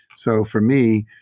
so for me,